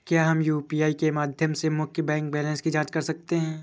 क्या हम यू.पी.आई के माध्यम से मुख्य बैंक बैलेंस की जाँच कर सकते हैं?